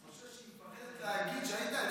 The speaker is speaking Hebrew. אני חושב שהיא מפחדת להגיד שהיית אצלה.